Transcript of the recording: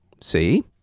See